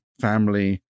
family